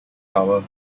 tower